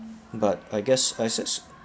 but I guess I says